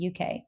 UK